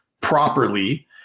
properly